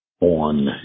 on